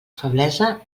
feblesa